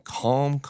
calm